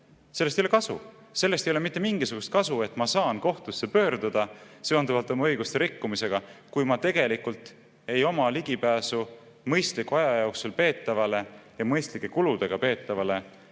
Sellest ei ole kasu. Sellest ei ole mitte mingisugust kasu, et ma saan kohtusse pöörduda seonduvalt oma õiguste rikkumisega, kui ma tegelikult ei oma ligipääsu mõistliku aja jooksul peetavale ja mõistlike kuludega peetavale